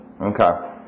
Okay